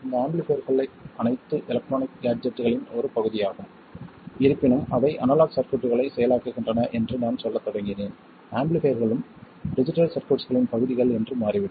இந்த ஆம்பிளிஃபைர்கள் அனைத்து எலெக்ட்ரானிக் கேஜெட்களின் ஒரு பகுதியாகும் இருப்பினும் அவை அனலாக் சர்க்யூட்களை செயலாக்குகின்றன என்று நான் சொல்லத் தொடங்கினேன் ஆம்பிளிஃபைர்களும் டிஜிட்டல் சர்க்யூட்ஸ்களின் பகுதிகள் என்று மாறிவிடும்